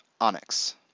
Onyx